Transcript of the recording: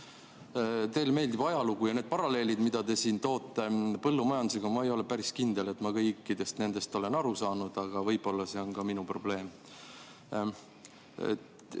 Teile meeldib ajalugu, aga need paralleelid, mida te siin toote põllumajandusega – ma ei ole päris kindel, et ma kõikidest nendest olen aru saanud. Ent võib-olla see on minu probleem.